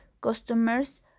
customers